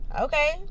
Okay